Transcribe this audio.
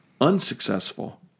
unsuccessful